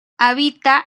habita